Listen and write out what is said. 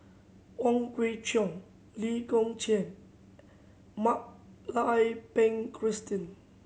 Wong Kwei Cheong Lee Kong Chian Mak Lai Ping Christine